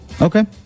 Okay